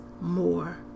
more